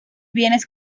bienes